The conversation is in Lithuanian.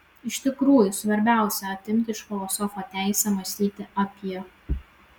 iš tikrųjų svarbiausia atimti iš filosofo teisę mąstyti apie